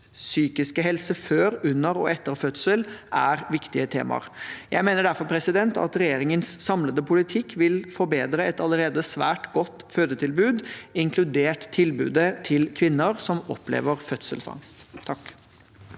psykiske helse før, under og etter fødsel er viktige temaer. Jeg mener derfor at regjeringens samlede politikk vil forbedre et allerede svært godt fødetilbud, inkludert tilbudet til kvinner som opplever fødselsangst.